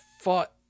fought